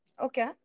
okay